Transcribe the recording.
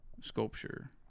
sculpture